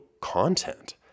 content